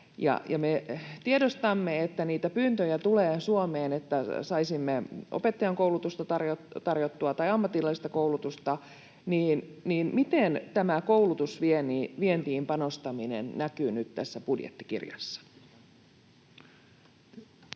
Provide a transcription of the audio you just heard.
Me tiedostamme, että niitä pyyntöjä tulee Suomeen, että saisimme tarjottua opettajankoulutusta tai ammatillista koulutusta. Miten tämä koulutusvientiin panostaminen näkyy nyt tässä budjettikirjassa?